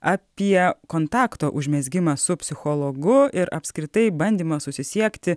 apie kontakto užmezgimą su psichologu ir apskritai bandymą susisiekti